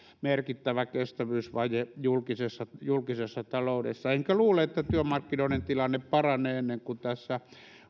merkittävä kestävyysvaje julkisessa julkisessa taloudessa enkä luule että työmarkkinoiden tilanne paranee ennen kuin tässä